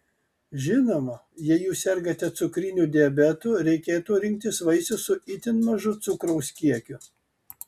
žinoma jei jūs sergate cukriniu diabetu reikėtų rinktis vaisius su itin mažu cukraus kiekiu